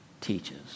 teaches